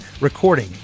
recording